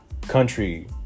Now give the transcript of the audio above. country